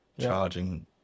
Charging